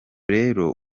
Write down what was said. rero